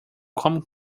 come